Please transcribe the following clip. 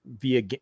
via